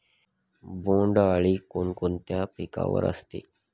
बोंडअळी कोणकोणत्या पिकावर असते?